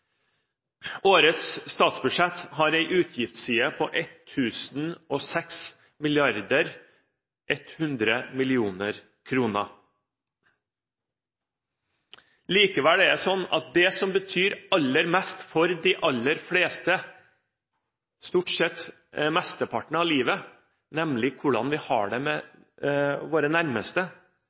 Årets statsbudsjett har en utgiftsside på 1 006 100 000 000 kr. Likevel er det sånn at det som betyr aller mest for de aller fleste mesteparten av livet, er hvordan vi har det med våre nærmeste.